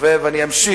אני מקווה, ואני אמשיך.